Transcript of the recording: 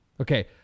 Okay